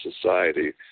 society